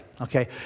Okay